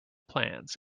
plans